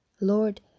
Lord